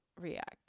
react